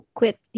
quit